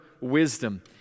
wisdom